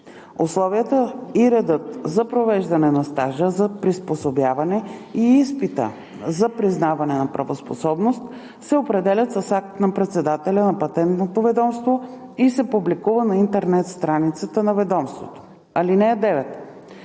Условията и редът за провеждане на стажа за приспособяване и изпита за признаване на правоспособност се определят с акт на председателя на Патентното ведомство и се публикува на интернет страницата на ведомството. (9)